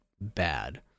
bad